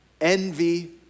envy